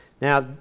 now